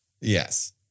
Yes